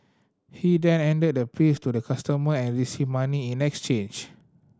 he then handed the pills to the customer and received money in next change